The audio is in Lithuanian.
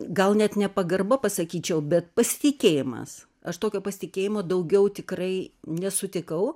gal net ne pagarba pasakyčiau bet pasitikėjimas aš tokio pasitikėjimo daugiau tikrai nesutikau